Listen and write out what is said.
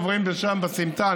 עוברים שם בסמטה.